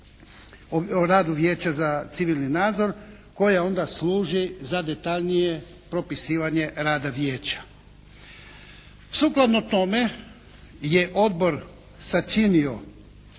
o radu Vijeća za civilni nadzor koje onda služi za detaljnije propisivanje rada Vijeća. Sukladno tome je odbor sačinio